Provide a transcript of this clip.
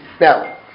Now